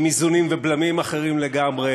עם איזונים ובלמים אחרים לגמרי,